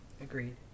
Agreed